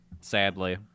Sadly